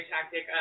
tactic